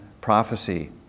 prophecy